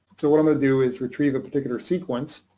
so we're gonna do is retrieve a particular sequence.